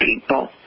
people